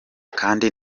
kandi